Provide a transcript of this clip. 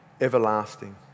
everlasting